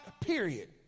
period